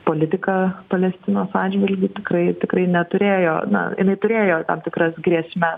politika palestinos atžvilgiu tikrai tikrai neturėjo na jinai turėjo tam tikras grėsmes